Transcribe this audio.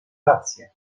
rację